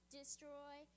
destroy